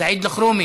סעיד אלחרומי,